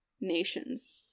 nations